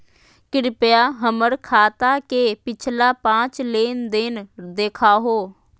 कृपया हमर खाता के पिछला पांच लेनदेन देखाहो